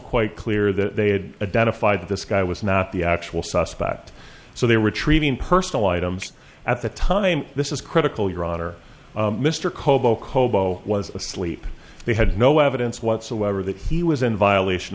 quite clear that they had a debt of five this guy was not the actual suspect so they were treating personal items at the time this is critical your honor mr kobo kobo was asleep they had no evidence whatsoever that he was in violation